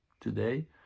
Today